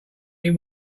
him